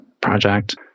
project